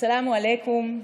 א-סלאם עליכום,